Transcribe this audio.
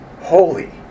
holy